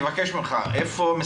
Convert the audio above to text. לפני רגע -- עגורנים בני 15,16 שנה,